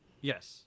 Yes